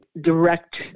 direct